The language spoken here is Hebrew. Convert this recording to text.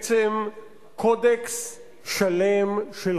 חוק שמכשיר טרור בידי המדינה,